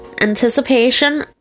anticipation